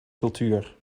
cultuur